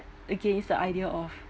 against the idea of